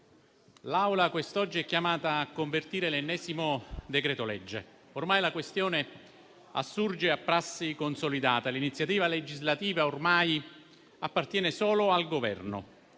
l'Assemblea è chiamata a convertire l'ennesimo decreto-legge. Ormai la questione assurge a prassi consolidata: l'iniziativa legislativa ormai appartiene solo al Governo.